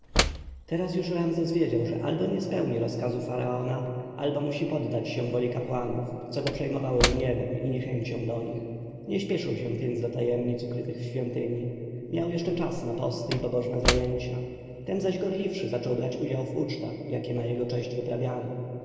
już ramzes wiedział że albo nie spełni rozkazu faraona albo musi poddać się woli kapłanów co go przejmowało gniewem i niechęcią dla nich nie spieszył się więc do tajemnic ukrytych w świątyni miał jeszcze czas na posty i pobożne zajęcia tem zaś gorliwszy zaczął brać udział w ucztach jakie na jego cześć wyprawiano